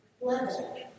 level